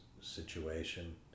situation